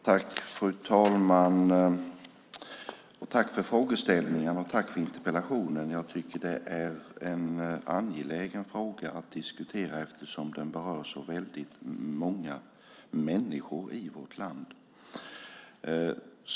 Fru talman! Tack för frågeställningarna och tack för interpellationen! Jag tycker att det är en angelägen fråga att diskutera eftersom den berör så väldigt många människor i vårt land.